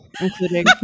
including